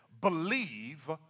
Believe